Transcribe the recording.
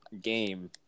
game